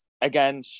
Again